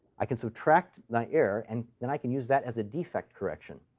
i can subtract my error, and then i can use that as a defect correction.